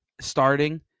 starting